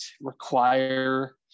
require